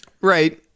Right